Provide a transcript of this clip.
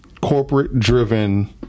corporate-driven